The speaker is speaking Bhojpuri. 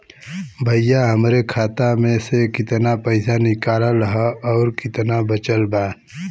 भईया हमरे खाता मे से कितना पइसा निकालल ह अउर कितना बचल बा?